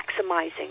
maximizing